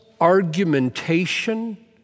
argumentation